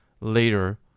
later